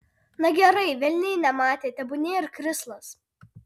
na gerai velniai nematė tebūnie ir krislas